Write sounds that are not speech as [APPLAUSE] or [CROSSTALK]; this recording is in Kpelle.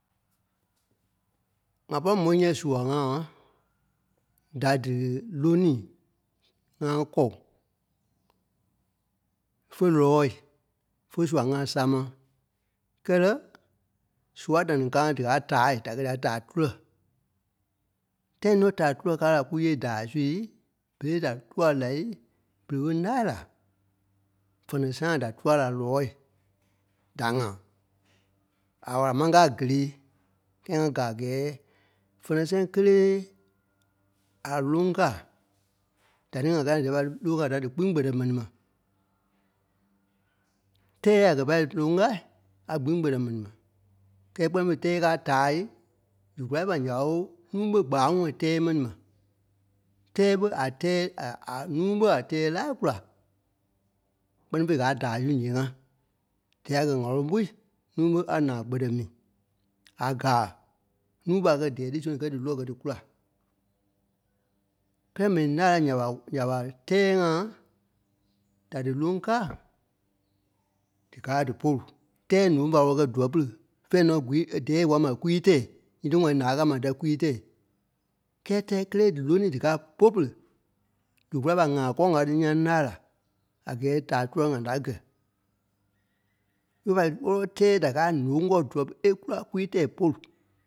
ŋa pɔ̂ri m̀ói nyɛ̃, sua-ŋa da dí lônii ŋa kɔ̂ŋ. Fé lɔɔ̂i, fé sua-ŋa sáma, kɛ́lɛ, sua da-ni káa naa díkaa tâai da kɛ dîa taa tulɛ. Tãi nɔ́ taa tulɛ káa la kúyêei daai sui berei da tûa lai bere ɓé ńâai la fɛnɛ-sãa da tûa la lɔɔ̂i, da ŋa, à wàla máŋ kɛ́ a gélee kɛ́ɛ ŋá gàa a gɛ́ɛ fɛnɛ sɛŋ kélee a lóŋ kàa, da ní ŋa káa naa dífa dí ló [UNINTELLIGIBLE] dífa díkpîŋ kpɛtɛ m̀ɛni ma. Tɛ́ɛ a kɛ̀ pâi lóŋ káai a gbîŋ kpɛtɛ m̀ɛni ma. Kɛ́ɛ kpɛ́ fêi tɛ́ɛ káa tâai zu kulâi ɓa ǹyao núu ɓé gbáaŋɔɔi tɛ́ɛ mɛni ma. Tɛ́ɛ ɓé a tɛ́ɛ à-à núu ɓé a tɛ́ɛ lâai kula kpɛ́ni fêi, gáa daai su ǹyee ŋá. Dɛ́ɛi a kɛ̀ ŋ̀aloŋ pûi núu ɓé a naa kpɛtɛ mì. À gàa núu ɓé a kɛ̀ dɛ́ɛi tí soŋ-niî gɛ́ dí lɔ gɛ́ dí kúla. Kɛ́ɛ m̀ɛnii ńâai lai ǹya ɓa, ǹya ɓa tɛ́ɛ ŋa da dí lóŋ kàa, díkaa dí pôlu tɛ́ɛ ǹóŋ fa wɔlɔ kɛ dûɛ-pere fɛ̂ɛ nɔ́ gwii, ɛ dɛ́ɛi kwa kɛ ma kwíi tɛɛi nyiti ŋwɔ̂i ǹaa káa ma dîɛ kwíi tɛɛ. Kɛ́ɛ tɛ́ɛ kélee dí lônii díkaa po pere, zu kulâi ɓa ŋa kɔ̂ŋ ka tí ŋ́giã ńâai la a gɛ́ɛ taa tulɛ ŋa da gɛ. Ífe pâi wɔlɔ tɛ́ɛ da káai ǹóŋ kɔ̂ɔ dûɛ pere é kúla kwíi tɛɛ pôlu.